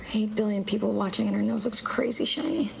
eight billion people watching and your nose looks crazy shiny.